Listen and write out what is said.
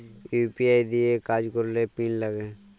UPI দিঁয়ে কাজ ক্যরলে পিল লাগে